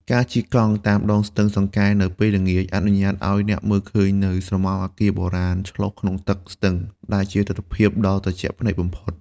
ការជិះកង់តាមដងស្ទឹងសង្កែនៅពេលល្ងាច អនុញ្ញាតឱ្យអ្នកមើលឃើញនូវស្រមោលអគារបុរាណឆ្លុះក្នុងទឹកស្ទឹង ដែលជាទិដ្ឋភាពដ៏ត្រជាក់ភ្នែកបំផុត។